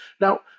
Now